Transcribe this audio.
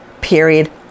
period